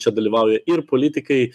čia dalyvauja ir politikai